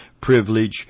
privilege